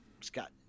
scott